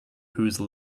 whose